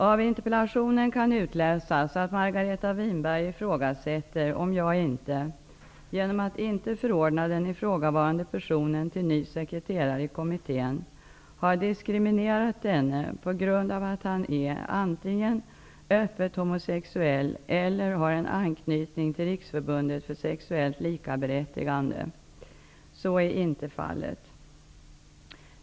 Av interpellationen kan utläsas att Margareta Winberg ifrågasätter om jag inte, genom att inte förordna den ifrågavarande personen till ny sekreterare i kommittén, har diskriminerat denne på grund av att han antingen är öppet homosexuell eller har en anknytning till Riksförbundet för sexuellt likaberättigande. Så är inte fallet.